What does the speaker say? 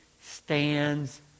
stands